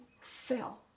Fell